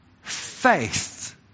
faith